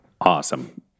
Awesome